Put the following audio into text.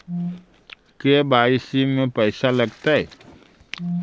KYC में पैसा लगतै?